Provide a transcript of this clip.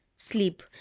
Sleep